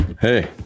Hey